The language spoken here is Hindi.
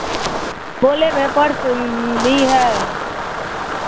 बोले भेपर भी है